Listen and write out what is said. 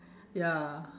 ya